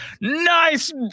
nice